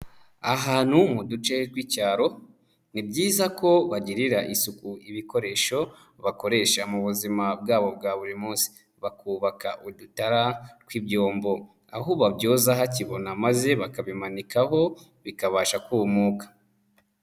Ahantu mu duce tw'icyaro ni byiza ko bagirira isuku ibikoresho bakoresha mu buzima bwabo bwa buri munsi. Bakubaka udutara tw'ibyombo. Aho babyoza hakibona maze bakabimanikaho bikabasha kumuka.